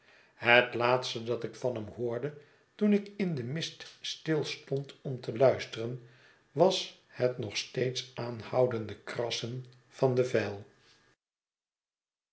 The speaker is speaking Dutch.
het laatste dat ik van hem hoorde toen ik in den mist stilstond om te luisteren was het nog steeds aanhoudende krassen van de vijl